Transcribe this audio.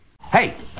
Hey